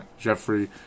Jeffrey